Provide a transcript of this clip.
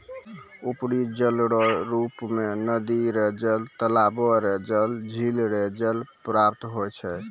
उपरी जलरो रुप मे नदी रो जल, तालाबो रो जल, झिल रो जल प्राप्त होय छै